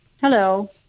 Hello